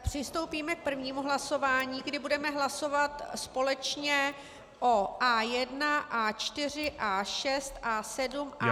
Přistoupíme k prvnímu hlasování, kdy budeme hlasovat společně o A1, A4, A6, A7, A8